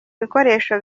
bikoresho